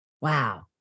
wow